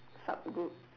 sub group